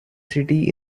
city